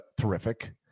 terrific